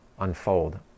unfold